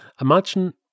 imagine